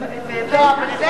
אריכות ימים.